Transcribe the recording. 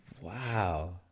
Wow